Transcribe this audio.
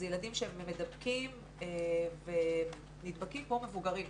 אלה ילדים שהם מדבקים ונדבקים כמו מבוגרים.